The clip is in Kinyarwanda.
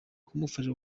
kumufasha